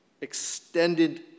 extended